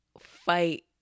fight